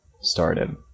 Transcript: started